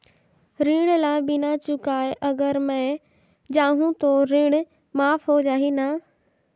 ऋण ला बिना चुकाय अगर मै जाहूं तो ऋण माफ हो जाही न?